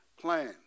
plan